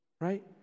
Right